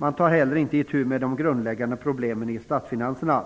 Man tar ej heller itu med de grundläggande problemen med statsfinanserna.